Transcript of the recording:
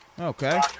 Okay